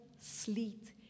sleet